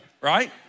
right